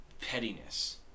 pettiness